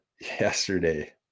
Yesterday